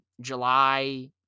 July